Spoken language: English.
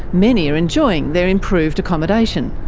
many are enjoying their improved accommodation,